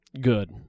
Good